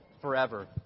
forever